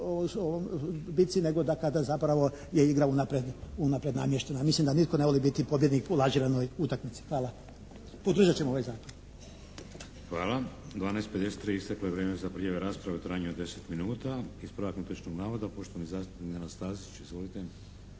bitci nego da kada zapravo je igra unaprijed namještena. Mislim da nitko ne voli biti pobjednik u lažiranoj utakmici. Hvala. Podržat ćemo ovaj Zakon. **Šeks, Vladimir (HDZ)** Hvala. U 12,53 isteklo je vrijeme za prijave rasprave u trajanju od 10 minuta. Ispravak netočnog navoda, poštovani zastupnik Nenad Stazić, izvolite.